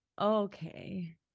Okay